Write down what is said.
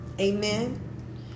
Amen